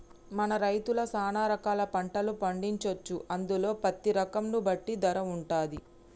మన రైతులు సాన రకాల పంటలు పండించొచ్చు అందులో పత్తి రకం ను బట్టి ధర వుంటది